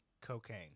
cocaine